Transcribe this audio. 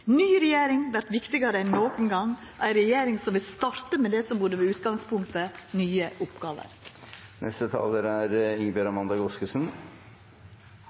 Ny regjering vert viktigare enn nokon gong, ei regjering som vil starta med det som burde vore utgangspunktet: nye oppgåver. I 2011 var det